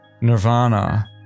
nirvana